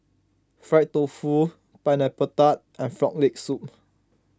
Fried Tofu Pineapple Tart and Frog Leg Soup